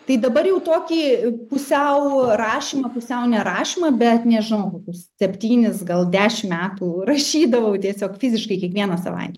tai dabar jau tokį pusiau rašymą pusiau nerašymą bet nežinau septynis gal dešim metų rašydavau tiesiog fiziškai kiekvieną savaitę